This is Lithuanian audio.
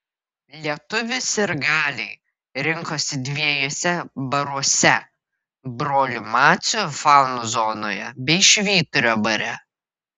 lietuvių sirgaliai rinkosi dviejuose baruose brolių macių fanų zonoje bei švyturio bare